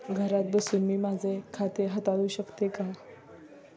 घरात बसून मी माझे खाते हाताळू शकते का?